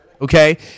Okay